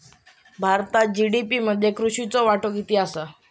भारतात जी.डी.पी मध्ये कृषीचो वाटो कितको आसा?